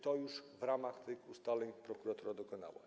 Tego już w ramach tych ustaleń prokuratura dokonała.